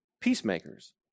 peacemakers